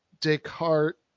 Descartes